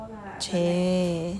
chey